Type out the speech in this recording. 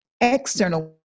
external